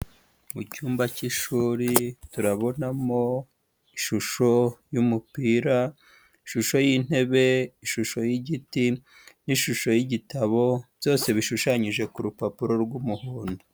Mu cyumba cy'ishuri turabonamo ishusho y'umupira, ishusho y'intebe. ishusho y'igiti n'ishusho y'igitabo, byose bishushanyije ku rupapuro rw'umuhondo.